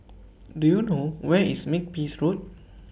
Do YOU know Where IS Makepeace Road